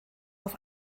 auf